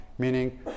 meaning